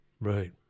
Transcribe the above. Right